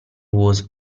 was